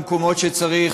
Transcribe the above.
במקומות שצריך,